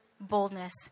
boldness